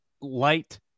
light